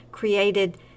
created